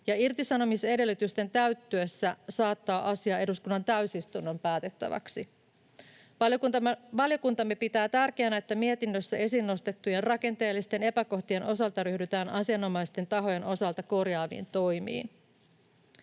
ja irtisanomisedellytysten täyttyessä saattaa asia eduskunnan täysistunnon päätettäväksi. Valiokuntamme pitää tärkeänä, että mietinnössä esiin nostettujen rakenteellisten epäkohtien osalta ryhdytään asianomaisten tahojen osalta korjaaviin toimiin.